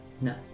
No